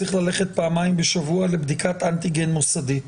הוא צריך ללכת פעמיים בשבוע לבדיקת אנטיגן מוסדית.